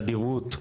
תדירות,